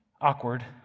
Awkward